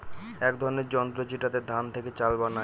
এক ধরনের যন্ত্র যেটাতে ধান থেকে চাল বানায়